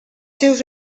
seus